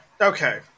okay